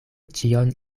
ĉion